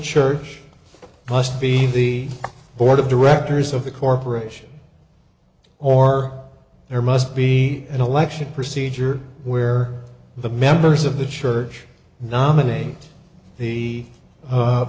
church must be the board of directors of the corporation or there must be an election procedure where the members of the church nominate the